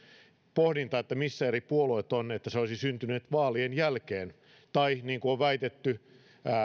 pohdinta istumajärjestyksestä siitä missä eri puolueet ovat olisi syntynyt vaalien jälkeen tai niin kuin on väitetty